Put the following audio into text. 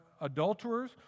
adulterers